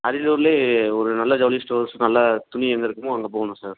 அரியலூரிலே ஒரு நல்ல ஜவுளி ஸ்டோர்ஸ் நல்ல துணி எங்கே இருக்குமோ அங்கே போகணும் சார்